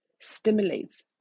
stimulates